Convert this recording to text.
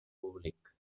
públic